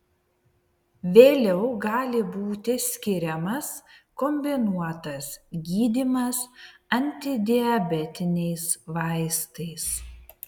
vėliau gali būti skiriamas kombinuotas gydymas antidiabetiniais vaistais